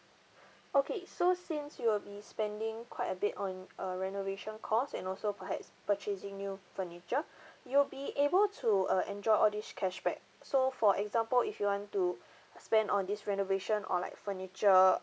okay so since you will be spending quite a bit on a renovation cost and also perhaps purchasing new furniture you'll be able to uh enjoy all this cashback so for example if you want to spend on these renovation or like furniture